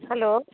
hello